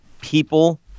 people